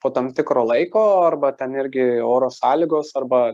po tam tikro laiko arba ten irgi oro sąlygos arba